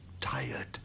tired